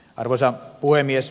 arvoisa puhemies